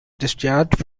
discharged